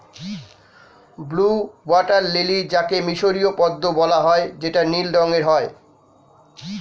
blue water lily যাকে মিসরীয় পদ্মও বলা হয় যেটা নীল রঙের হয়